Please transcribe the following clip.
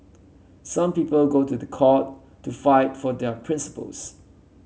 some people go to the court to fight for their principles